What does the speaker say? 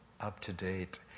up-to-date